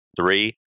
Three